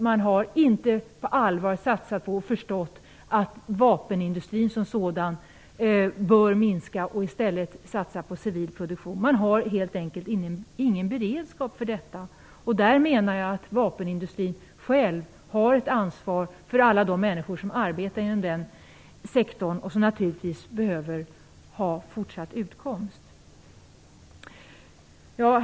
Man har inte på allvar satsat här och förstått att vapenindustrin som sådan bör minska och att man i stället bör satsa på civil produktion. Man har helt enkelt ingen beredskap för detta. Jag menar att vapenindustrin har ett ansvar för alla de människor som arbetar inom den sektorn och som naturligtvis behöver ha fortsatt utkomst.